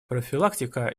профилактика